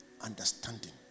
understanding